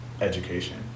education